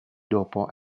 dopo